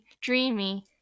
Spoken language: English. dreamy